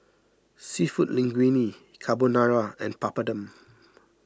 Seafood Linguine Carbonara and Papadum